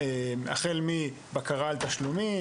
בקרה על תשלומים,